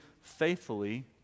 faithfully